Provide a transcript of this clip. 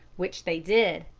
which they did.